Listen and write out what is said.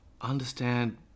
understand